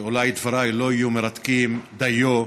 שאולי דבריי לא יהיו מרתקים דיים,